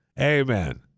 amen